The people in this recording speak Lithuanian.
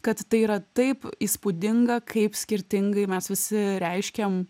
kad tai yra taip įspūdinga kaip skirtingai mes visi reiškiam